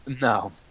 no